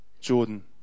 Jordan